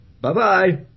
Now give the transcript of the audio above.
Bye-bye